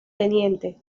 tte